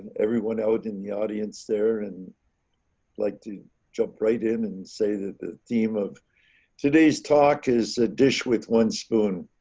everyone out in the audience there and i'd like to jump right in and say that the theme of today's talk is ah dish with one spoon.